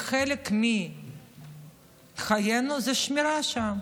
חלק מחיינו זה שמירה שם,